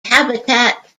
habitat